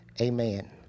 amen